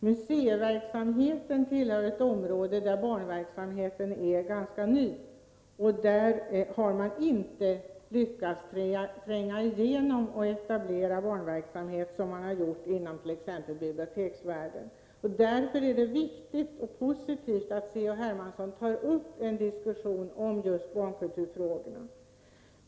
Museiverksamheten är ett område där barnverksamheten är ganska ny. Där har man inte lyckats tränga igenom och etablera barnverksamhet, som man har gjort inom t.ex. biblioteksvärlden. Därför är det viktigt och positivt att C.-H. Hermansson tar upp en diskussion om just barnkulturfrågorna.